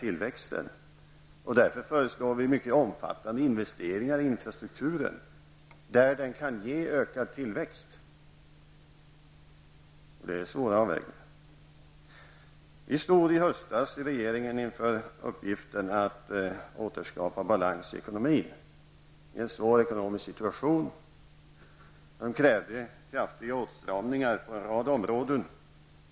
För att uppnå detta syfte föreslår vi mycket omfattande investeringar i infrastrukturen, investeringar som kan ge ökad tillväxt, och det innebär svåra avvägningar. Regeringen stod i höstas inför uppgiften att återskapa balans i ekonomin i en svår ekonomisk situation som krävde kraftiga åtstramningar på en rad områden.